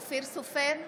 אופיר סופר,